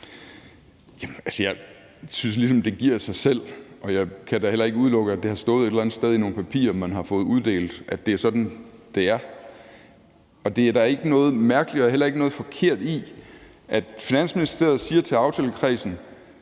ligesom, det giver sig selv, og jeg kan da heller ikke udelukke, at det har stået et eller andet sted i nogle papirer, man har fået uddelt, at det er sådan, det er. Der er da ikke noget mærkeligt og heller ikke noget forkert i, at Finansministeriet siger til aftalekredsen: